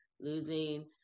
losing